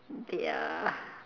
they are